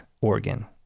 organ